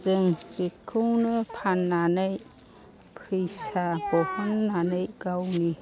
जों बेखौनो फाननानै फैसा बहननानै गावनि